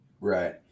Right